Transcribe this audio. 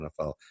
NFL